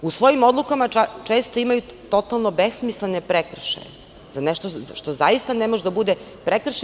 U svojim odlukama često imaju totalno besmislene prekršaje za nešto što zaista ne može da bude prekršaj.